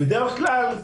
בדרך כלל,